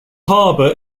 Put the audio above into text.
harbour